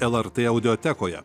lrt audiotekoje